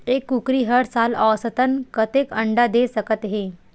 एक कुकरी हर साल औसतन कतेक अंडा दे सकत हे?